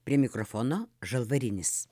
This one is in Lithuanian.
prie mikrofono žalvarinis